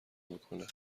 میکنه